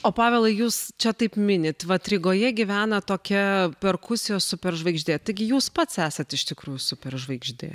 o pavelai jūs čia taip minit vat rygoje gyvena tokia perkusijos superžvaigždė taigi jūs pats esat iš tikrųjų superžvaigždė